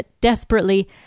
desperately